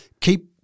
keep